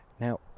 Now